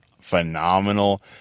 phenomenal